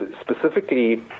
specifically